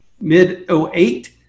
mid-08